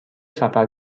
سفر